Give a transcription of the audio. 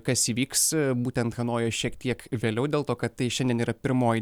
kas įvyks būtent hanojus šiek tiek vėliau dėl to kad tai šiandien yra pirmoji